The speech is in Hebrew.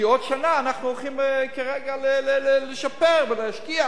כי עוד שנה אנחנו הולכים לשפר ולהשקיע,